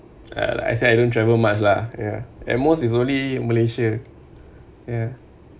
ya like I said I don't travel much lah ya and most is only malaysia ya